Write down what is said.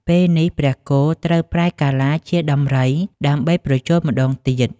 ពេលនេះព្រះគោត្រូវប្រែកាឡាជាដំរី ដើម្បីប្រជល់ម្ដងទៀត។